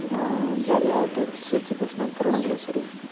ஜாலியாக அரட்டை அடிச்சு சிரித்துப் பேசின அந்த தருணங்களும் சரி